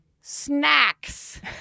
snacks